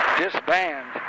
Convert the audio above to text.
disband